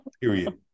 Period